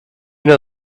know